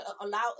allow